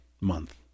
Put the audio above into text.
month